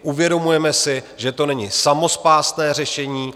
Uvědomujeme si, že to není samospásné řešení.